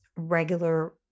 regular